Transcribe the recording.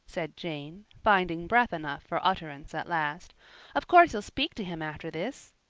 said jane, finding breath enough for utterance at last of course you'll speak to him after this.